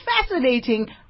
Fascinating